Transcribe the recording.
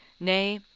nay,